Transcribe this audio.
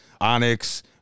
Onyx